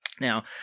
Now